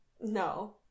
No